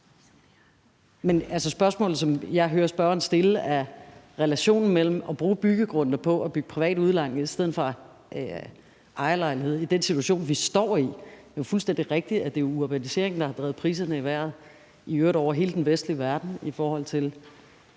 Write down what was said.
Men spørgsmålet, som jeg hører spørgeren stille, handler om relationen mellem at bruge byggegrundene på at bygge privat udlejning i stedet for ejerlejligheder i den situation, vi står i. Det er jo fuldstændig rigtigt, at det er urbaniseringen, der har drevet priserne i vejret på boligmarkedet generelt, i øvrigt